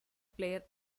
player